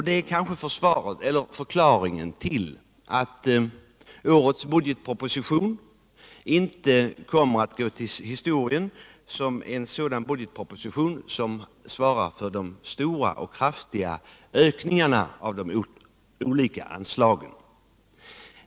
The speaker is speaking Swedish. Det är kanske också förklaringen till att årets budgetproposition inte kommer att gå till historien som den som svarar för de stora och kraftiga ökningarna av de olika anslagen.